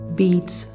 beats